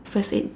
first aid